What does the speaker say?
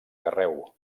carreu